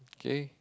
okay